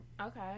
okay